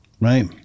right